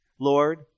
Lord